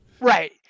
right